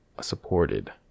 supported